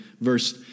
verse